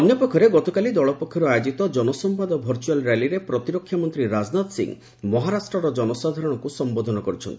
ଅନ୍ୟ ପକ୍ଷରେ ଗତକାଲି ଦଳ ପକ୍ଷରୁ ଆୟୋଜିତ କନସମ୍ବାଦ ଭର୍ଚୁଆଲ୍ ର୍ୟାଲିରେ ପ୍ରତିରକ୍ଷା ମନ୍ତ୍ରୀ ରାଜନାଥ ସିଂହ ମହାରାଷ୍ଟ୍ରର ଜନସାଧାରଣଙ୍କୁ ସମ୍ବୋଧନ କରିଛନ୍ତି